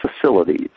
facilities